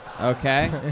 Okay